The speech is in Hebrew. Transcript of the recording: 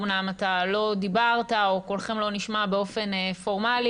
אמנם אתה לא דיברת או קולכם לא נשמע באופן פורמלי,